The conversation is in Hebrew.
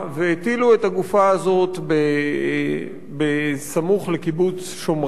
והטילו את הגופה הזאת סמוך לקיבוץ שמרת,